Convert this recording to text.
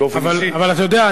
אבל אתה יודע,